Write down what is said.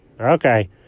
Okay